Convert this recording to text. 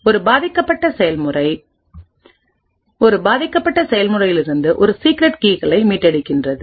ஒரு பாதிக்கப்பட்ட செயல்முறையிலிருந்து ஒரு சீக்ரெட் கீகளை மீட்டெடுக்கிறது